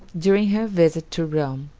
during her visit to rome,